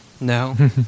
No